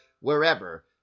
wherever